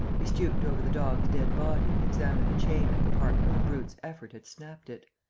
he stooped over the dog's dead body and examined the chain at the part where the brute's effort had snapped it